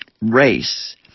race